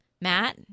Matt